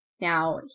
Now